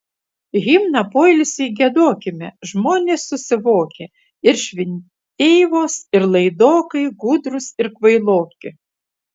himną poilsiui giedokime žmonės susivokę ir šventeivos ir laidokai gudrūs ir kvailoki